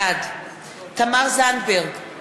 בעד תמר זנדברג,